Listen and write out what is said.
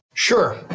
Sure